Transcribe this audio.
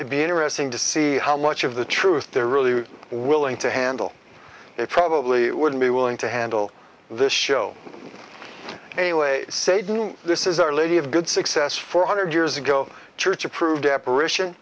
also be interesting to see how much of the truth there really willing to handle they probably wouldn't be willing to handle this show a way satan this is our lady of good success four hundred years ago church approved apparition